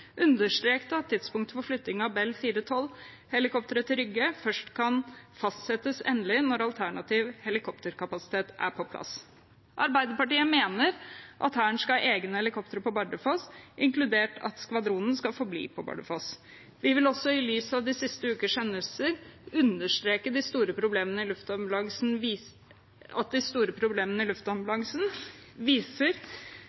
understreket at tidspunktet for flytting av Bell 412-helikoptre til Rygge først kan fastsettes endelig når alternativ helikopterkapasitet er på plass. Arbeiderpartiet mener at Hæren skal ha egne helikoptre på Bardufoss, inkludert at skvadronen skal forbli på Bardufoss. Vi vil også i lys av de siste ukers hendelser understreke at de store problemene i